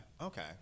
okay